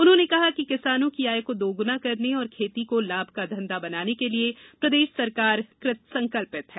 उन्होंने कहा कि किसानों की आय को दोगुना करने और खेती को लाभ का धंधा बनाने के लिए प्रदेश सरकार कृत संकल्पित हैं